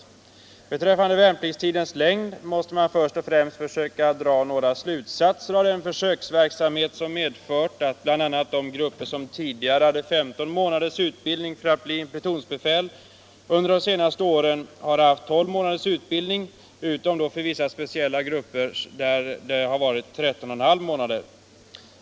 Vad beträffar värnpliktstidens längd måste man först och främst försöka dra några slutsatser av den försöksverksamhet som medfört att de grupper som tidigare hade 15 månaders utbildning för att bli plutonsbefäl under de senaste åren haft 12 månaders utbildning, utom vissa speciella grupper som haft 13,5 månader.